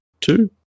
two